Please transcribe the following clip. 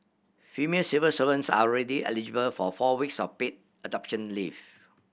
female civil servants are already eligible for four weeks of paid adoption leave